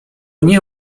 nie